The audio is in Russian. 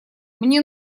мне